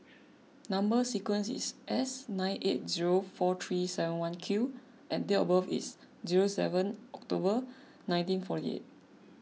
Number Sequence is S nine eight zero four three seven one Q and date of birth is zero seven October nineteen forty eight